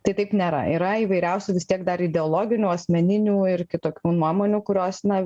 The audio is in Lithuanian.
tai taip nėra yra įvairiausių vis tiek dar ideologinių asmeninių ir kitokių nuomonių kurios na